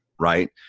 right